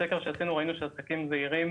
סיימנו את פרק המזון,